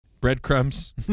breadcrumbs